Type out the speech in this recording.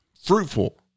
fruitful